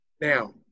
Now